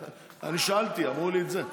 אני שאלתי, אמרו לי את זה.